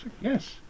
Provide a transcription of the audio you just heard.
Yes